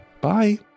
Bye